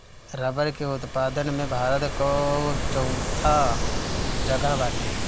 रबड़ के उत्पादन में भारत कअ चउथा जगह बाटे